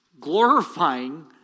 glorifying